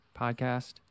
podcast